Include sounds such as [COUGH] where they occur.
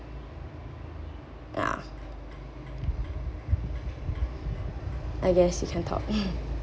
ya I guess you can talk [LAUGHS]